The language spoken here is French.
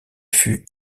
fut